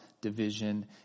division